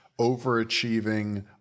overachieving